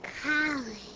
College